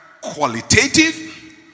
qualitative